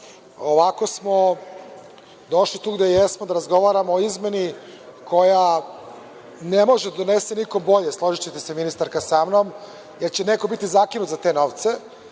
Ovako smo došli tu gde jesmo da razgovaramo o izmeni koja ne može da donese nikakvo bolje, složićete se, ministarka, sa mnom, jer će neko biti zakinut za te novce. Ako